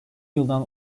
yıldan